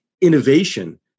innovation